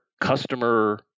customer